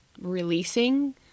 releasing